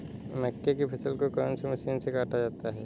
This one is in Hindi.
मक्के की फसल को कौन सी मशीन से काटा जाता है?